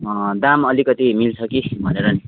दाम अलिकति मिल्छ कि भनेर नि